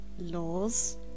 Laws